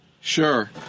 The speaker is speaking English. Sure